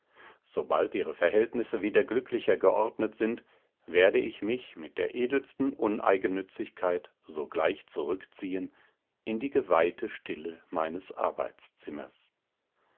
sobald ihre verhältnisse wieder glücklicher geordnet sind werde ich mich mit der edelsten uneigennützigkeit sogleich zurückziehen in die geweihte stille meines arbeitszimmers